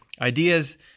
ideas